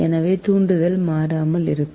எனவே தூண்டல் மாறாமல் இருக்கும்